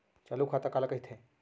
चालू खाता काला कहिथे?